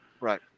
Right